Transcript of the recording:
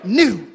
new